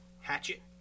Hatchet